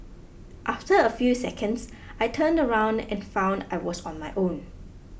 after a few seconds I turned around and found I was on my own